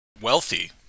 Wealthy